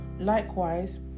likewise